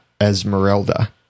esmeralda